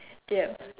ya